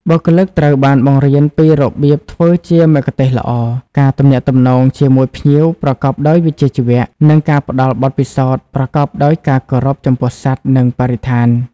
បុគ្គលិកត្រូវបានបង្រៀនពីរបៀបធ្វើជាមគ្គុទ្ទេសក៍ល្អ ការទំនាក់ទំនងជាមួយភ្ញៀវប្រកបដោយវិជ្ជាជីវៈ និងការផ្តល់បទពិសោធន៍ប្រកបដោយការគោរពចំពោះសត្វ និងបរិស្ថាន។